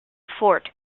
fort